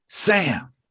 Sam